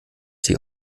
sie